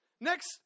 Next